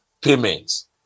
payments